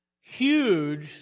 huge